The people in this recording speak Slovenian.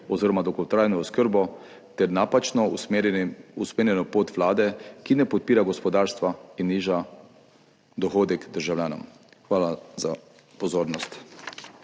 oziroma dolgotrajno oskrbo ter napačno usmerjeno potjo Vlade, ki ne podpira gospodarstva in niža dohodek državljanom. Hvala za pozornost.